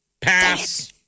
Pass